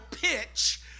pitch